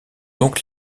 donc